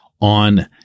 on